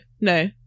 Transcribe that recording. No